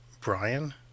Brian